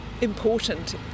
important